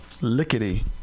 Lickety